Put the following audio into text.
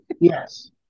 Yes